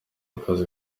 akazi